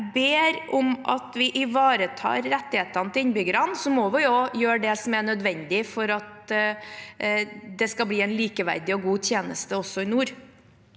ber om at vi ivaretar rettighetene til innbyggerne, må vi gjøre det som er nødvendig for at det skal bli en likeverdig og god tjeneste også i nord.